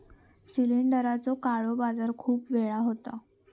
सिलेंडरचो काळो बाजार खूप वेळा होता